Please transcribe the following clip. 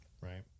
Right